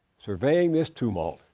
surveying this tumult,